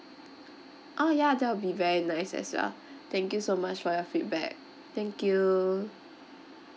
orh ya that will be very nice as well thank you so much for your feedback thank you